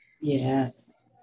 yes